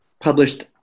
published